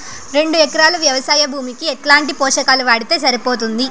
రెండు ఎకరాలు వ్వవసాయ భూమికి ఎట్లాంటి పోషకాలు వాడితే సరిపోతుంది?